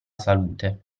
salute